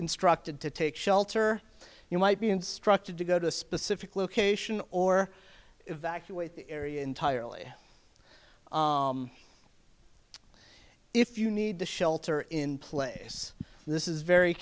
instructed to take shelter you might be instructed to go to a specific location or evacuate the area entirely if you need to shelter in place this is very